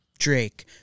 drake